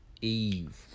Eve